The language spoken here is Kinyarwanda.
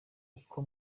uko